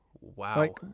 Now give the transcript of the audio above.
wow